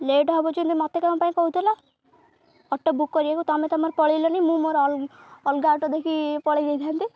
late ହବ ଯଦି ମତେ କ'ଣ ପାଇଁ କହୁଥିଲା ଅଟୋ ବୁକ୍ କରିବାକୁ ତମେ ତମର ପଳେଇଲନି ମୁଁ ମୋର ଅଲଗା ଅଟୋ ଦେଖି ପଳେଇ ଯାଇଥାନ୍ତି